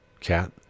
cat